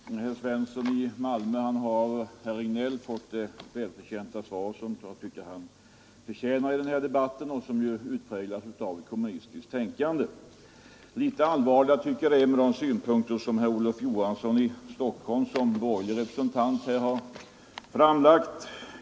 Herr talman! Herr Svensson i Malmö har av herr Regnéll fått de svar som han förtjänar på sitt inlägg, som präglas av kommunistiskt tänkande. Litet allvarligare tycker jag de synpunkter är som herr Olof Johansson i Stockholm som borgerlig representant framlagt.